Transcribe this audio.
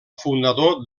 fundador